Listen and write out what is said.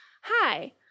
Hi